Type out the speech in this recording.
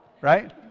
right